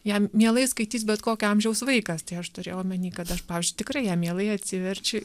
jam mielai skaitys bet kokio amžiaus vaikas tai aš turėjau omeny kad aš pavyzdžiui tikrai ją mielai atsiverčiu